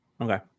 okay